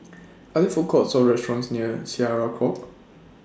Are There Food Courts Or restaurants near Syariah Court